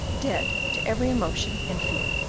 dead to every emotion and fear.